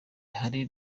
hari